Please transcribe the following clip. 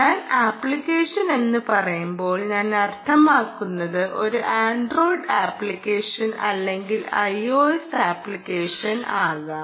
ഞാൻ ആപ്ലിക്കേഷൻ എന്ന് പറയുമ്പോൾ ഞാൻ അർത്ഥമാക്കുന്നത് ഒരു Android അപ്ലിക്കേഷൻ അല്ലെങ്കിൽ IOS ആപ്ലിക്കേഷൻ ആകാം